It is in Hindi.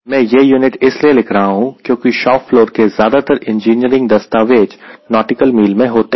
मैं यह यूनिट इसलिए लिख रहा हूं क्योंकि शॉप फ्लोर के ज्यादातर इंजीनियरिंग दस्तावेज़ नॉटिकल मील में होते हैं